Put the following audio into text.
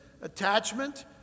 attachment